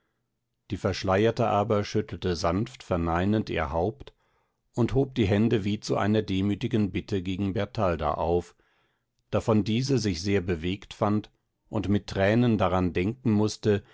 die verschleierte aber schüttelte sanft verneinend ihr haupt und hob die hände wie zu einer demütigen bitte gegen bertalda auf davon diese sich sehr bewegt fand und mit tränen daran denken mußte